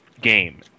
game